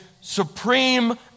supreme